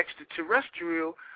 extraterrestrial